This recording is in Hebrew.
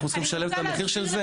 אנחנו צריכים לשלם את המחיר של זה?